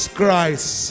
Christ